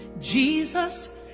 Jesus